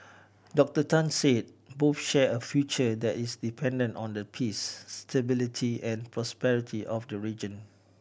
Doctor Tan said both share a future that is dependent on the peace stability and prosperity of the region